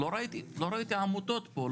לא ראיתי עמותות פה,